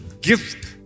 Gift